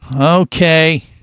Okay